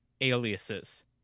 aliases